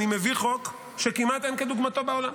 אני מביא חוק שכמעט אין כדוגמתו בעולם,